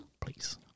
please